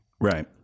right